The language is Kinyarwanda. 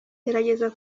gerageza